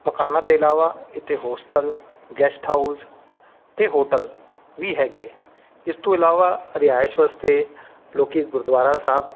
ਮਕਾਨਾਂ ਦੇ ਇਲਾਵਾ ਇੱਥੇ ਹੋਸਟਲ ਗੈਸਟ ਹਾਊਸ ਅਤੇ ਹੋਟਲ ਵੀ ਹੈਗੇ ਇਸ ਤੋਂ ਇਲਾਵਾ ਰਿਹਾਇਸ਼ ਵਾਸਤੇ ਲੋਕ ਗੁਰਦੁਆਰਾ ਸਾਹਿਬ